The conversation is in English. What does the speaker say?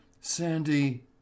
Sandy